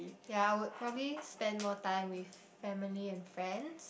yea I would probably spend more time with family and friends